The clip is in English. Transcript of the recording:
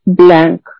blank